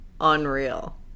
Unreal